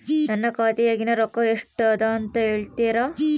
ನನ್ನ ಖಾತೆಯಾಗಿನ ರೊಕ್ಕ ಎಷ್ಟು ಅದಾ ಅಂತಾ ಹೇಳುತ್ತೇರಾ?